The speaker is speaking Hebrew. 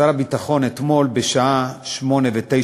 שר הביטחון, אתמול בשעה 20:09